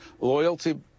loyalty